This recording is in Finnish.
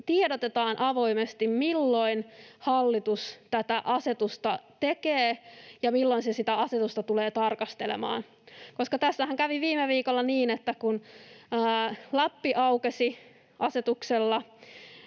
tiedotetaan avoimesti, milloin hallitus tätä asetusta tekee ja milloin se sitä asetusta tulee tarkastelemaan. Tässähän kävi viime viikolla niin, että kun Lappi aukesi asetuksella